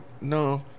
no